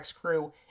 crew